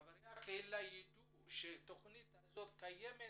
חברי הקהילה ידעו שהתכנית קיימת